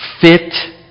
fit